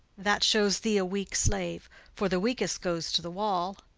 that shows thee a weak slave for the weakest goes to the wall.